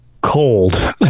cold